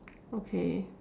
okay